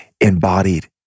embodied